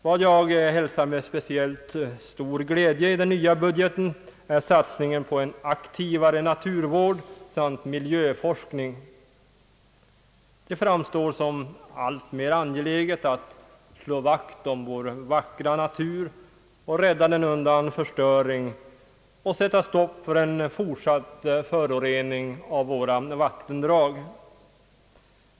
Vad jag hälsar med speciellt stor glädje i den nya budgeten är satsningen på en aktivare naturvård samt miljöforskning. Det framstår som alltmer angeläget att slå vakt om vår vackra natur, rädda den undan förstöring och sätta stopp för en fortsatt förorening av våra vattendrag.